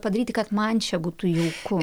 padaryti kad man čia būtų jauku